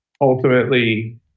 ultimately